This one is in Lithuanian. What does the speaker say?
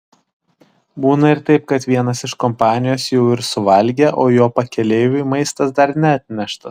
būna ir taip kad vienas iš kompanijos jau ir suvalgė o jo pakeleiviui maistas dar neatneštas